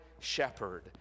shepherd